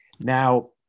now